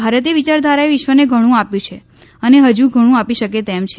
ભારતીય વિચારધારાએ વિશ્વને ઘણું આપ્યું છે અને હજી ઘણું આપી શકે તેમ છે